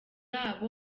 abo